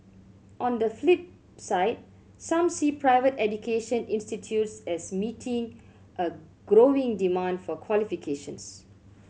on the flip side some see private education institutes as meeting a growing demand for qualifications